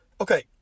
Okay